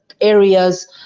areas